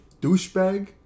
douchebag